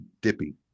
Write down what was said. Dippy